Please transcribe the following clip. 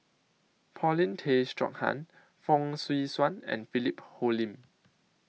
Paulin Tay Straughan Fong Swee Suan and Philip Hoalim